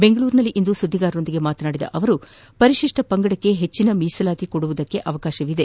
ಬೆಂಗಳೂರಿನಲ್ಲಿಂದು ಸುದ್ದಿಗಾರರೊಂದಿಗೆ ಮಾತನಾಡಿದ ಅವರು ಪರಿತಿಷ್ಟ ಪಂಗಡಕ್ಕೆ ಹೆಚ್ಚನ ಮೀಸಲಾತಿ ಕೊಡುವುದಕ್ಕೆ ಅವಕಾಶವಿದೆ